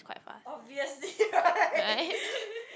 quite fast